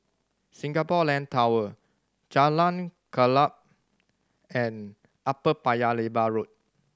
Singapore Land Tower Jalan Klapa and Upper Paya Lebar Road